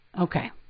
Okay